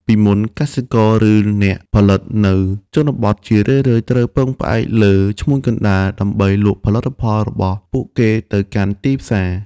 ពីមុន កសិករ ឬអ្នកផលិតនៅជនបទជារឿយៗត្រូវពឹងផ្អែកលើ ឈ្មួញកណ្ដាល ដើម្បីលក់ផលិតផលរបស់ពួកគេទៅកាន់ទីផ្សារ។